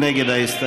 מי נגד ההסתייגות?